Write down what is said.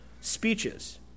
speeches